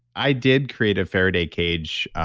i did create a faraday cage,